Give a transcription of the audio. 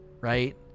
right